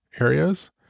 areas